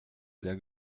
sehr